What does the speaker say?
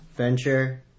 Venture